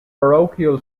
parochial